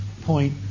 point